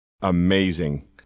amazing